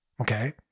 Okay